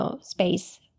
space